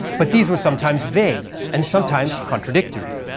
but these were sometimes vague and sometimes contradictory.